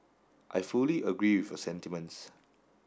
I fully agree with your sentiments